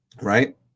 Right